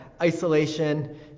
isolation